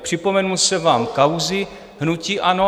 Připomenul jsem vám kauzy hnutí ANO.